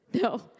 No